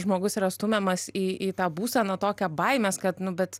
žmogus yra stumiamas į tą būseną tokią baimę kad nu bet